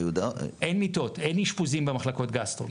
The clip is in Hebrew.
אין מיטות, אין אשפוזים במחלקות גסטרו.